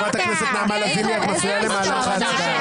חברת הכנסת נעמה לזימי, את מפריעה למהלך ההצבעה.